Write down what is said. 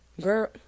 Girl